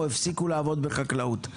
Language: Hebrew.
או הפסיקו לעבוד בחקלאות.